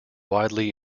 widely